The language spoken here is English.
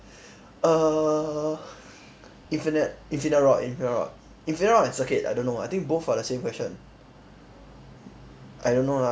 err infinite infinite rod infinite rod infinite rod and circuit I don't know I think both are the same question I don't know lah